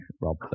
Rob